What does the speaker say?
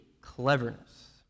cleverness